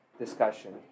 discussion